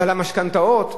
ועל המשכנתאות?